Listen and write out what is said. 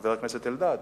וחבר הכנסת אלדד.